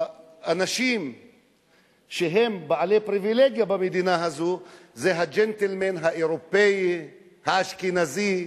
האנשים שהם בעלי פריווילגיה במדינה הזאת זה הג'נטלמן האירופי האשכנזי,